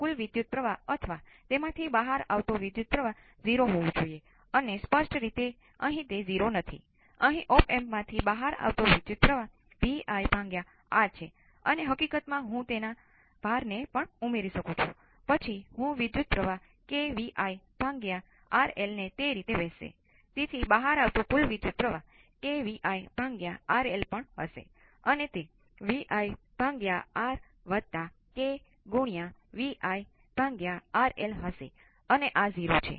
Ic એ બીજું કશું નથી પરંતુ Vs Vc ભાંગ્યા R છે અને જો હું Vc લખું તો તમે એ જુઓ કે તે Vs Ic × R છે